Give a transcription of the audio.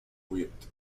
equipped